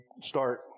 start